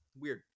Weird